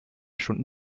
stunden